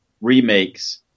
remakes